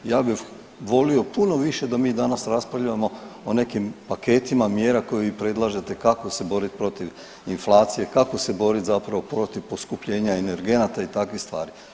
Ja bih volio puno više da mi danas raspravljamo o nekim paketima mjera koje vi predlažete kako se boriti protiv inflacije, kako se borit zapravo protiv poskupljenja energenata i takvih stvari.